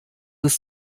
ist